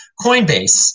Coinbase